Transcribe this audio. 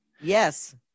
Yes